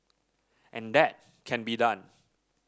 and that can be done